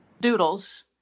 doodles